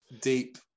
deep